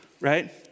right